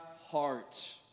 heart